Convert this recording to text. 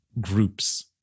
groups